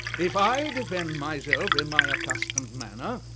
if i defend myself in my accustomed manner,